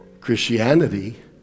Christianity